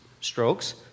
strokes